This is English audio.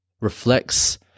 reflects